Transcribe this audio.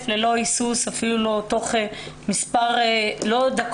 ללא היסוס ועשו זאת תוך מספר שניות.